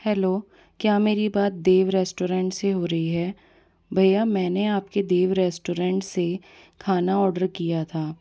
hello क्या मेरी बात देव रेस्टोरेंट से हो रही है भैया मैंने आपके देव रेस्टोरेंट से खाना ऑर्डर किया था